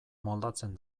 moldatzen